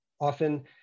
Often